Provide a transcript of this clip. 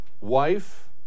wife